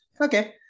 Okay